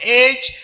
age